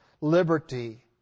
liberty